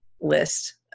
list